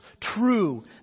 true